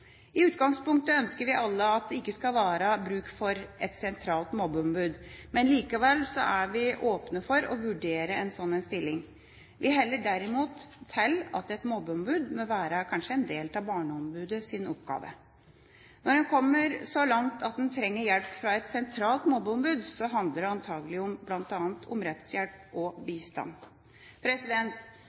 I utgangspunktet ønsker vi alle at det ikke skal være bruk for et sentralt mobbeombud. Likevel er vi åpne for å vurdere en slik stilling. Vi heller imidlertid til at et mobbeombud kanskje bør være en del av Barneombudets oppgave. Når en kommer så langt at en trenger hjelp fra et sentralt mobbeombud, handler det antakelig bl.a. om rettshjelp og bistand.